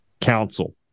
Council